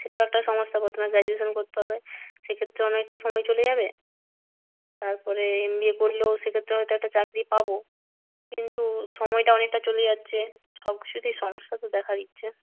সেটাও একটা সমস্যা প্রথমে গ্রাজুয়েশান করতে হবে সেক্ষেত্রে অনেকটা সময় চলে যাবে তারপরে এম বি এ করলেও সেক্ষেত্রে হয়তো একটা চাকরি পাব কিন্তু সময়টা অনেকটা চলে যাচ্ছে সব কিছুতেই সমস্যা তো দেখা দিচ্ছে